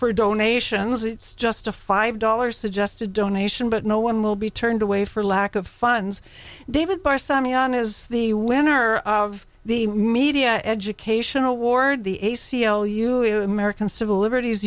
for donations it's just a five dollars suggested donation but no one will be turned away for lack of funds david barsamian is the winner of the media education award the a c l u american civil liberties